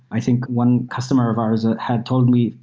i think one customer of ours ah had told me,